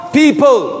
people